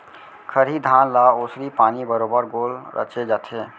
खरही धान ल ओसरी पानी बरोबर गोल रचे जाथे